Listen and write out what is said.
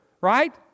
Right